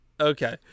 Okay